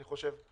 אני חושב.